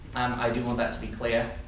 i do want that to be clear.